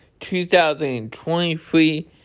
2023